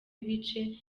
ibice